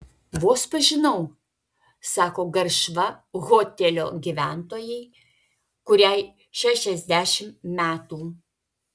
vos pažinau sako garšva hotelio gyventojai kuriai šešiasdešimt metų